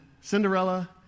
Cinderella